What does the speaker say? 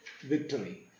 victory